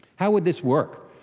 how would this work?